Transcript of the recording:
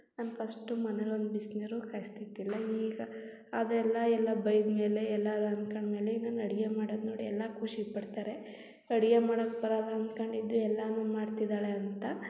ನಾನು ಫಸ್ಟು ಮನೇಲಿ ಒಂದು ಬಿಸಿನೀರು ಕಾಯಿಸ್ತಿದ್ದಿಲ್ಲ ಈಗ ಅದೆಲ್ಲ ಎಲ್ಲ ಬಯ್ದ ಮೇಲೆ ಎಲ್ಲರೂ ಅನ್ಕಂಡು ಮೇಲೆ ಈಗ ನಾನು ಅಡುಗೆ ಮಾಡೋದು ನೋಡಿ ಎಲ್ಲ ಖುಷಿಪಡ್ತಾರೆ ಅಡುಗೆ ಮಾಡಕ್ಕೆ ಬರಲ್ಲ ಅನ್ಕೊಂಡಿದ್ದು ಎಲ್ಲನೂ ಮಾಡ್ತಿದ್ದಾಳೆ ಅಂತ